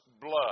blood